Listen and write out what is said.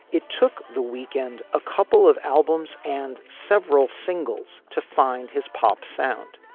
it took the weekend, a couple of albums and several singles to find his pop sound.